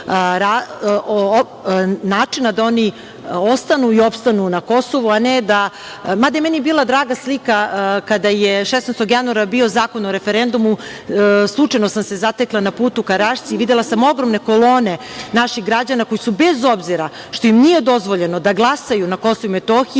načina da oni ostanu i opstanu na Kosovu. Mada je meni bila draga slika, kada je 16. januara bio Zakon o referendumu, slučajno sam se zatekla na putu ka Rašci i videla sam ogromne kolone naših građana koji su, bez obzira što im nije dozvoljeno da glasaju na KiM, stali i